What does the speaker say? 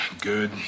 good